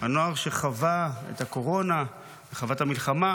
הנוער שחווה את הקורונה וחווה את המלחמה.